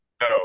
No